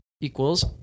equals